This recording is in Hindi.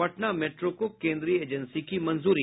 पटना मेट्रो को केन्द्रीय एजेंसी की मंजूरी